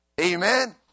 Amen